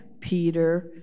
Peter